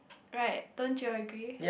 right don't you agree